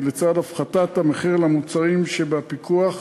כי לצד הפחתת המחיר למוצרים שבפיקוח,